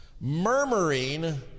murmuring